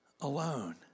alone